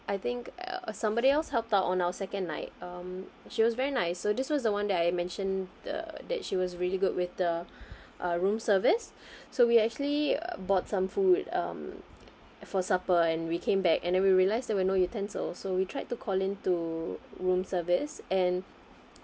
I think uh somebody else helped out on our second night um she was very nice so this was the one that I mentioned the that she was really good with the uh room service so we actually bought some food um for supper and we came back and then we realized there were no utensils so we tried to call in to room service and